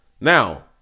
now